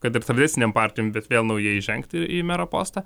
kad ir tradicinėm partijom bet vėl naujai įžengti į mero postą